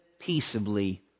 peaceably